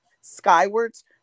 Skywards